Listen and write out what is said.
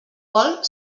vol